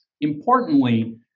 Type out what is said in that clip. Importantly